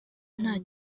nta